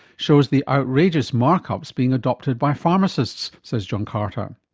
shows the outrageous mark-ups being adopted by pharmacists, says john carter.